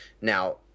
Now